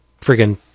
friggin